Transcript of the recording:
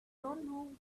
know